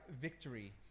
victory